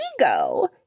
ego